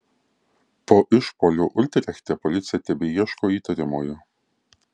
po išpuolio utrechte policija tebeieško įtariamojo